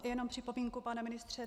Jenom připomínku, pane ministře.